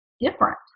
different